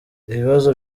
ibibazo